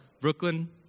Brooklyn